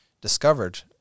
discovered